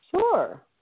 Sure